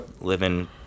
living